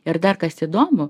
ir dar kas įdomu